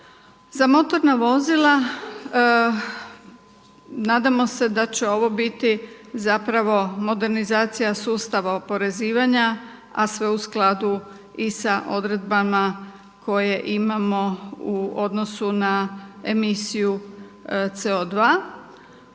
Za motorna vozila nadamo se da će ovo biti zapravo modernizacija sustava oporezivanja, a sve u skladu i s odredbama koje imamo u odnosu na emisiju CO2.